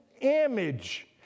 image